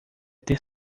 ter